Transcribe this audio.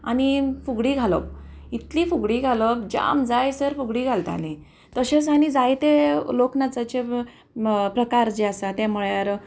आनी फुगडी घालप इतली फुगडी घालप जाम जायसर फुगडी घालतालीं तशेंच आनी जायते लोकनाचाचे प्रकार जे आसा ते म्हळ्यार